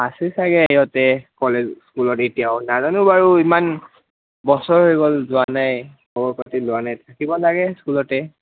আছেই চাগে ইহঁতে কলেজ স্কুলত এতিয়াও নাজানো বাৰু ইমান বছৰ হৈ গ'ল যোৱা নাই খবৰ পাতি লোৱা নাই থাকিব লাগে স্কুলতে